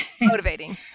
Motivating